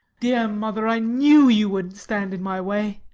dear mother, i knew you wouldn't stand in my way.